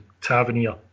Tavernier